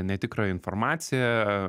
netikrą informaciją